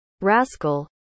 Rascal